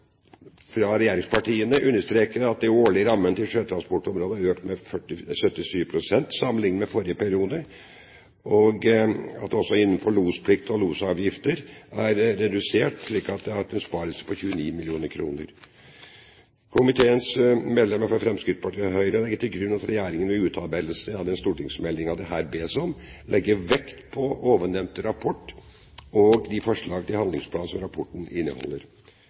fra regjeringspartiene understreker at den årlige rammen til sjøtransportområdet er økt med 77 pst. sammenlignet med forrige periode, og at det også innenfor losplikt og losavgifter er redusert, slik at det blir en besparelse på 29 mill. kr. Komiteens medlemmer fra Fremskrittspartiet og Høyre legger til grunn at regjeringen ved utarbeidelse av den stortingsmeldingen det her bes om, legger vekt på den ovennevnte rapport og de forslag til handlingsplan som rapporten inneholder.